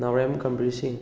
ꯅꯥꯎꯔꯦꯝ ꯒꯝꯕꯤꯔꯁꯤꯡ